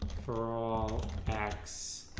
for all x,